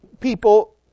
people